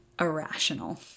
irrational